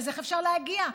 אז איך אפשר להגיע?